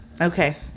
Okay